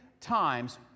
times